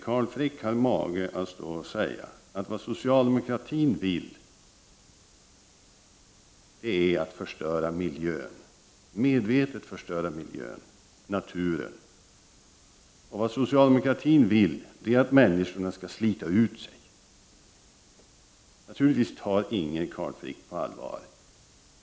Carl Frick har mage att stå och säga att vad socialdemokratin vill är att förstöra miljön — medvetet förstöra miljö och natur. Han säger att socialdemokratin vill att människorna skall slita ut sig. Naturligtvis tar ingen Carl Frick på allvar.